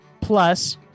plus